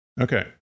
Okay